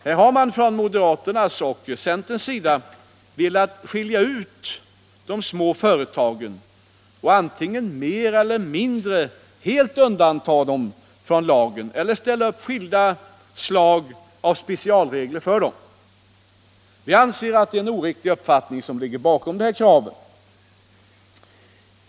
Här har moderaterna och centern velat skilja ut de små företagen och antingen mer eller mindre helt undanta dem från lagen eller ställa upp skilda slag av specialregler för dem. Vi anser att det är en oriktig uppfattning som ligger bakom dessa krav.